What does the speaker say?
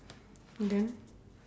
then